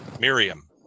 Miriam